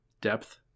depth